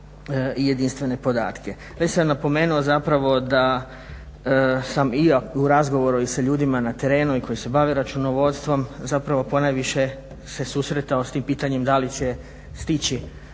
i jedinstvene podatke. Već sam napomenuo zapravo da sam i ja u razgovoru i sa ljudima na terenu i koji se bave računovodstvom zapravo ponajviše se susretao s tim pitanjem da li će stići